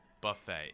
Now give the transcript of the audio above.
buffet